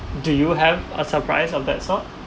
do you have a surprise of that sort